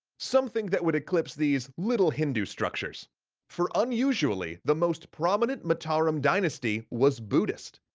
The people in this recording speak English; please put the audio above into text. something that would eclipse these little hindu structures for unusually, the most prominent mataram dynasty was buddhist,